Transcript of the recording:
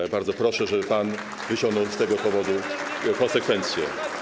Ja bardzo proszę, żeby pan wyciągnął z tego powodu konsekwencje.